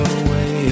away